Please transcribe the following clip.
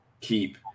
keep